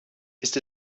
ist